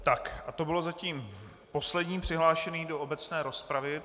Tak, to byl zatím poslední přihlášený do obecné rozpravy.